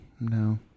no